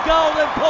Golden